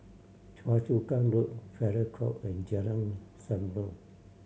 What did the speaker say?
Choa Chu Kang Road Farrer Court and Jalan Zamrud